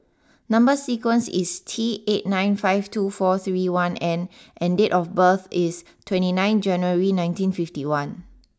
number sequence is T eight nine five two four three one N and date of birth is twenty nine January nineteen fifty one